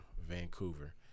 Vancouver